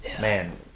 Man